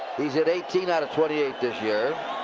he's hit eighteen out of twenty eight this year.